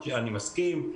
אני מסכים,